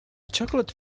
chocolate